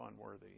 unworthy